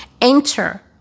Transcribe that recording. enter